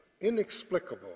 inexplicable